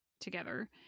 together